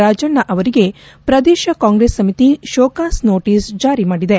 ರಾಜಣ್ಣನವರಿಗೆ ಪ್ರದೇಶ ಕಾಂಗ್ರೆಸ್ ಸಮಿತಿ show cause notice ಜಾರಿ ಮಾಡಿದೆ